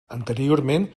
anteriorment